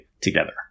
together